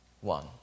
one